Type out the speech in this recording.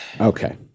Okay